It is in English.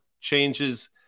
changes